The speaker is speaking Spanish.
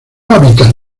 hábitat